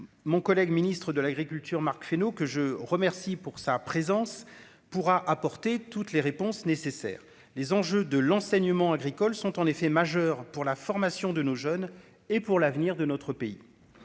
mon collègue ministre de l'Agriculture Marc Fesneau, que je remercie pour sa présence pourra apporter toutes les réponses nécessaires, les enjeux de l'enseignement agricole sont en effet majeur pour la formation de nos jeunes et pour l'avenir de notre pays,